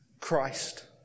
Christ